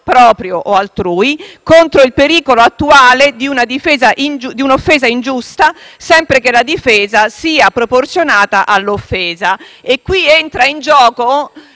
«proprio od altrui contro il pericolo attuale di un'offesa ingiusta, sempre che la difesa sia proporzionata all'offesa». Qui entra in gioco